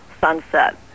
sunset